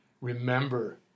remember